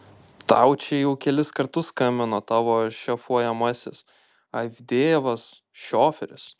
tau čia jau kelis kartus skambino tavo šefuojamasis avdejevas šoferis